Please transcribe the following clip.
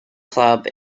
club